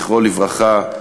זכרו לברכה,